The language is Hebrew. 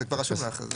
זה כבר רשום לך.